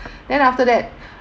then after that